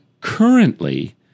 currently